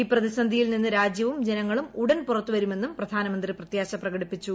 ഈ പ്രതിസന്ധിയിൽ നിന്ന് രാജ്യവും ജനങ്ങളും ഉടൻ പുറത്തുവരുമെന്നും പ്രധാനമന്ത്രി പ്രത്യാശ്ശ പ്രകടിപ്പിച്ചു